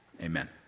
Amen